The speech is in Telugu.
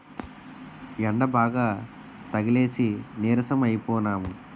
యెండబాగా తగిలేసి నీరసం అయిపోనము